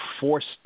forced